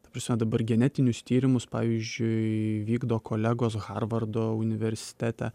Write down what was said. ta prasme dabar genetinius tyrimus pavyzdžiui vykdo kolegos harvardo universitete